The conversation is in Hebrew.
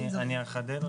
אני אחדד,